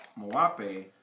Moape